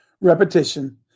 repetition